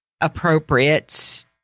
appropriate